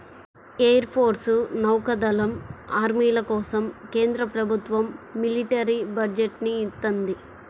air force, నౌకా దళం, ఆర్మీల కోసం కేంద్ర ప్రభుత్వం మిలిటరీ బడ్జెట్ ని ఇత్తంది